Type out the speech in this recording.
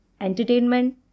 Entertainment